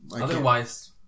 Otherwise